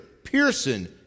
Pearson